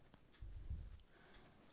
सब मिलकर मेरे अकाउंट में केतना पैसा है?